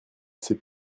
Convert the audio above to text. c’est